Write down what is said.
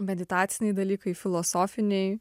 meditaciniai dalykai filosofiniai